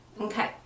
Okay